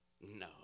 no